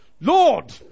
Lord